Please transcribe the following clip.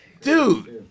dude